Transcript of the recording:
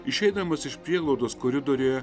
išeidamas iš prieglaudos koridoriuje